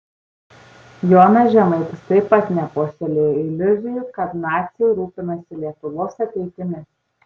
jonas žemaitis taip pat nepuoselėjo iliuzijų kad naciai rūpinasi lietuvos ateitimi